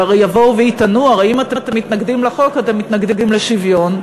והרי יבואו ויטענו: הרי אם אתם מתנגדים לחוק אתם מתנגדים לשוויון,